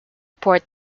port